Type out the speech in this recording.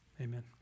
amen